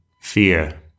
fear